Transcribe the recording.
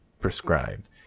prescribed